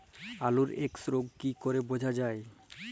আলুর এক্সরোগ কি করে বোঝা যায়?